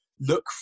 look